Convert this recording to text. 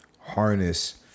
harness